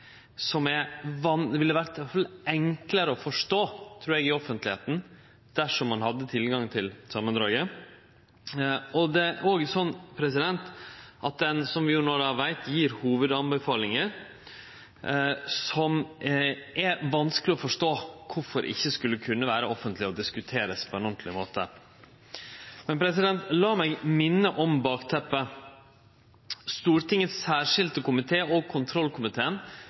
kritikken som eg trur ville ha vore enklare å forstå i offentlegheita, dersom ein hadde hatt tilgang til samandraget. Det er òg slik, som vi no veit, at det gjev hovudanbefalingar som det er vanskeleg å forstå kvifor ikkje skulle kunne vere offentlege og verte diskuterte på ein ordentleg måte. Lat meg minne om bakteppet. Stortingets særskilte komité og kontrollkomiteen